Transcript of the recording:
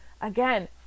Again